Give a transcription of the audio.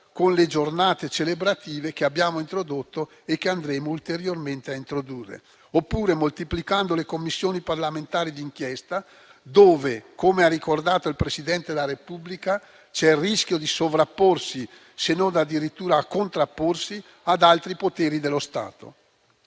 con le giornate celebrative che abbiamo introdotto e che andremo ulteriormente a introdurre, oppure moltiplicando le Commissioni parlamentari d'inchiesta, dove - come ha ricordato il Presidente della Repubblica - c'è il rischio di sovrapporsi, se non addirittura a contrapporsi, ad altri poteri dello Stato.